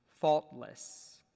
faultless